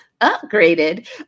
upgraded